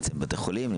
בבתי חולים,